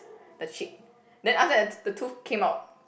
the cheek then after that the the tooth came out